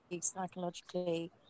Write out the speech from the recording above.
psychologically